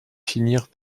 finirent